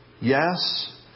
yes